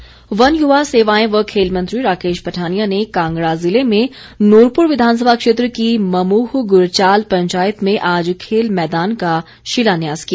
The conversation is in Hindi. पठानिया वन युवा सेवाएं व खेल मंत्री राकेश पठानिया ने कांगड़ा जिले में नूरपुर विधानसभा क्षेत्र की ममूह गुरचाल पंचायत में आज खेल मैदान का शिलान्यास किया